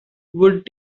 would